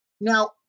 Now